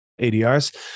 ADRs